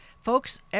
Folks